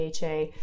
dha